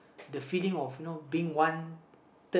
the feeling of you know being wanted